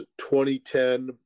2010